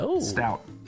Stout